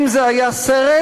אם זה היה סרט,